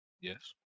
Yes